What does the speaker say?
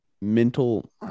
mental